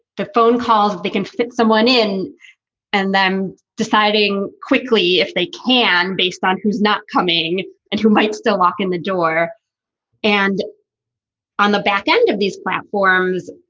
the phone calls, they can fit someone in and then deciding quickly if they can based on who's not coming and who might still walk in the door and on the back end of these platforms.